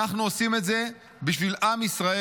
אנחנו עושים את זה בשביל עם ישראל.